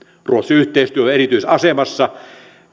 yhteistyö on erityisasemassa